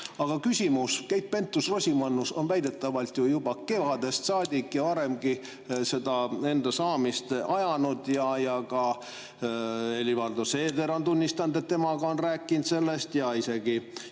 Aga küsimus. Keit Pentus-Rosimannus on väidetavalt juba kevadest saadik ja varemgi seda enda [kandidatuuri] ajanud. Ka Helir-Valdor Seeder on tunnistanud, et temaga on ta rääkinud sellest, ja isegi